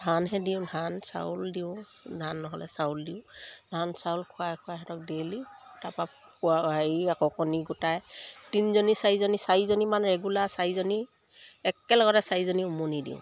ধানহে দিওঁ ধান চাউল দিওঁ ধান নহ'লে চাউল দিওঁ ধান চাউল খুৱাই খুৱাই সিহঁতক ডেইলি তাৰপৰা হেৰি আকৌ কণী গোটাই তিনজনী চাৰিজনী চাৰিজনীমান ৰেগুলাৰ চাৰিজনী একেলগতে চাৰিজনী উমনি দিওঁ